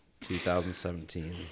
2017